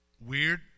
weird